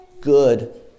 good